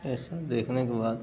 ऐसा देखने के बाद